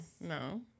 No